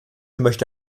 möchte